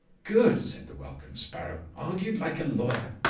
good! said the welcome swallow, argued like a lawyer.